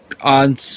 on